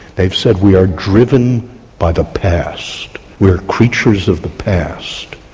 they've said we are driven by the past, we're creatures of the past.